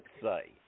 say